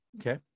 okay